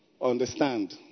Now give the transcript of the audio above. understand